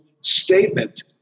statement